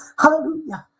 hallelujah